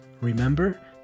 Remember